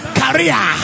career